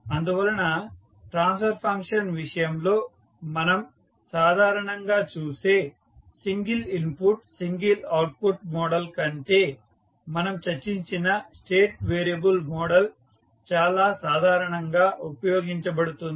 అందువలన transfer function విషయంలో మనం సాధారణంగా చూసే single input single output model కంటే మనం చర్చించిన స్టేట్ వేరియబుల్ మోడల్ చాలా సాధారణంగా ఉపయోగించబడుతుంది